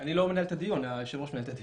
אני לא מנהל את הדיון, היושב-ראש מנהל את הדיון.